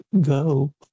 go